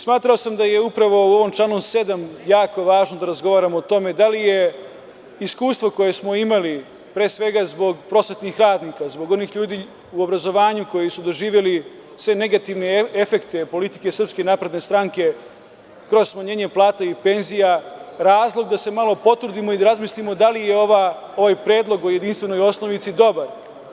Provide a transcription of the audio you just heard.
Smatrao sam da je upravo u ovom članu 7. jako važno da razgovaramo o tome da li je iskustvo koje smo imali, pre svega, zbog prosvetnih radnika, zbog onih ljudi u obrazovanju, koji su doživeli sve negativne efekte politike Srpske napredne stranke, kroz smanjenje plata i penzija, razlog da se malo potrudimo i da razmislimo da li je ovaj predlog o jedinstvenoj osnovici dobar.